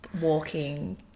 walking